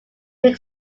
make